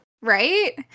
Right